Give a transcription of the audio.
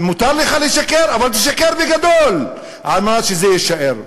מותר לך לשקר, אבל תשקר בגדול, כדי שזה יישאר.